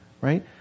right